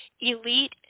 Elite